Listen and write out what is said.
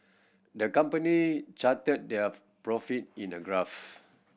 the company charted their profit in a graphs